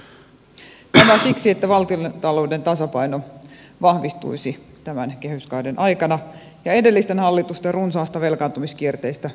tämä siksi että valtiontalouden tasapaino vahvistuisi tämän kehyskauden aikana ja edellisten hallitusten runsaasta velkaantumiskierteestä päästäisiin pois